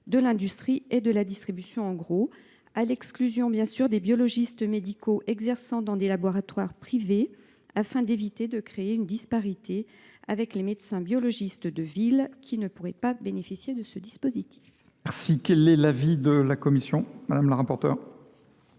de l’industrie et de la distribution en gros, à l’exclusion bien sûr des biologistes médicaux exerçant dans des laboratoires privés, et cela afin d’éviter de créer une disparité avec les médecins biologistes de ville qui ne pourraient pas bénéficier de ce dispositif. Quel est l’avis de la commission ? La commission